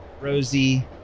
Rosie